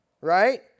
right